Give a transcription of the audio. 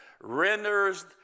renders